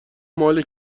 مال